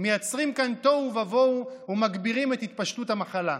מייצרים כאן תוהו ובוהו ומגבירים את התפשטות המחלה.